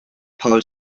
paul